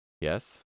Yes